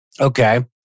Okay